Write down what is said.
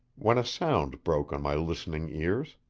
when a sound broke on my listening ears.